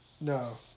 No